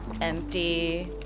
empty